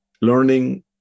learning